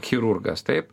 chirurgas taip